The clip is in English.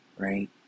right